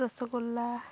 ᱨᱚᱥᱚᱜᱳᱞᱞᱟ